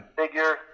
figure